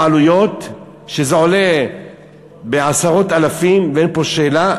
העלויות, שזה עולה עשרות אלפים, ואין פה שאלה.